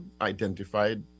identified